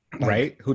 right